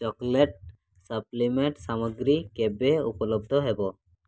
chocolate supplement ସାମଗ୍ରୀ କେବେ ଉପଲବ୍ଧ ହେବ